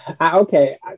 okay